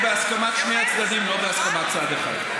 ברית זה בהסכמת שני הצדדים, לא בהסכמת צד אחד.